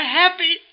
happy